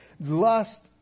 lust